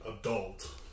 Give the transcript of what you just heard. adult